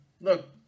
look